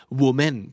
woman